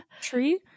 tree